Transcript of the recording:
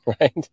right